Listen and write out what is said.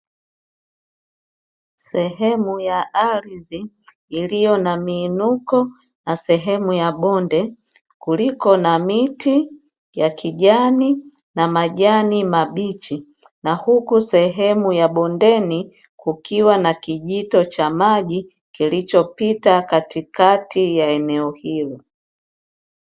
Sehemu ya ardhi iliyo na miinuko na sehemu ya bonde, kuliko na miti ya kijani na majani mabichi, na huku sehemu ya bondeni kukiwa na kijito cha maji kilichopita katikati ya eneo hilo.